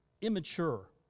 immature